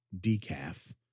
decaf